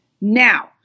Now